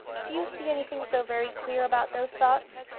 do you see anything so very queer about those thoughts?